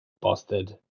busted